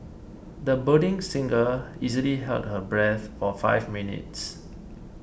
the budding singer easily held her breath for five minutes